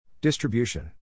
Distribution